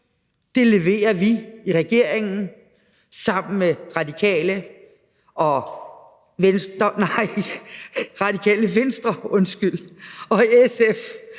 det leverer vi i regeringen sammen med Radikale og Venstre,